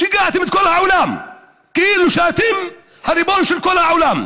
שיגעתם את כל העולם כאילו שאתם הריבון של כל העולם.